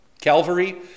Calvary